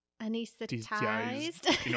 anesthetized